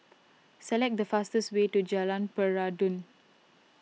select the fastest way to Jalan Peradun